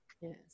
Yes